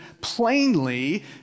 plainly